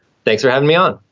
thanks for having me on.